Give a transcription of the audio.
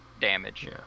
damage